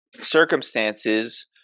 circumstances